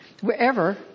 wherever